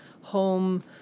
home